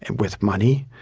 and with money,